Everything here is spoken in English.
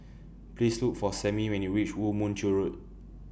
Please Look For Sammie when YOU REACH Woo Mon Chew Road